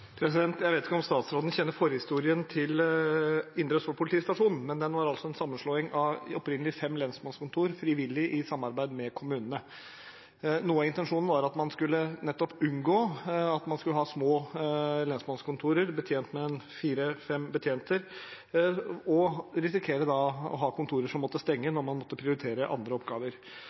Jeg vet ikke om statsråden kjenner forhistorien til Indre Østfold politistasjon, men den er et resultat av en frivillig sammenslåing av opprinnelig fem lensmannskontorer i samarbeid med kommunene. Noe av intensjonen var at man nettopp skulle unngå å ha små lensmannskontorer med fire–fem betjenter og risikere å ha kontorer som måtte stenge når man måtte prioritere andre oppgaver.